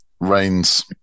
rains